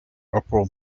upper